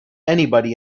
anybody